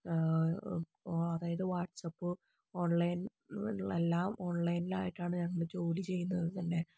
അപ്പോൾ അതായത് WhatsApp online എല്ലാം ഓൺലൈനിൽ ആയിട്ടാണ് ഞങ്ങൾ ജോലി ചെയ്യുന്നത് തന്നെ